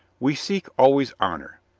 we seek always honor.